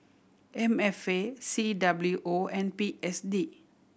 M F A C W O and P S D